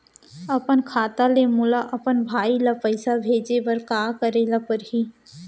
अपन खाता ले मोला अपन भाई ल पइसा भेजे बर का करे ल परही?